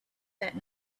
that